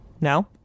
No